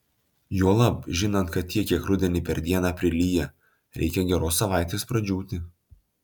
juolab žinant kad tiek kiek rudenį per dieną prilyja reikia geros savaitės pradžiūti